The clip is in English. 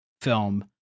film